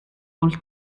col